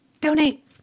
donate